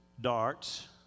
darts